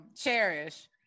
Cherish